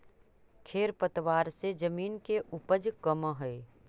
खेर पतवार से जमीन के उपज कमऽ हई